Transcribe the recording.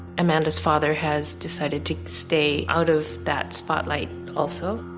amanda's father has decided to stay out of that spotlight also.